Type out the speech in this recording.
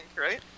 right